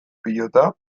pilota